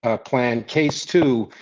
plan case two.